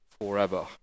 forever